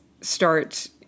start